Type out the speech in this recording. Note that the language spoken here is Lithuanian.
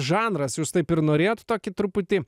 žanras jūs taip ir norėjot tokį truputį